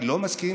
אני לא מסכים,